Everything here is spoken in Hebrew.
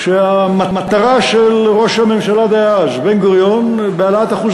כשהמטרה של ראש הממשלה דאז בן-גוריון בהעלאת אחוז